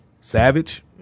savage